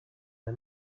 der